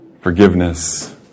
forgiveness